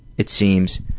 it seems,